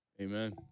Amen